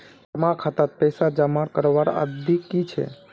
जमा खातात पैसा जमा करवार अवधि की छे?